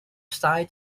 site